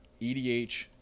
EDH